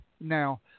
now